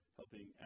helping